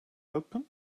open